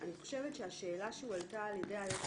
אני חושבת שהשאלה שהועלתה על ידי היועץ